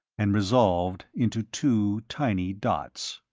and resolved into two tiny dots.